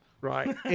right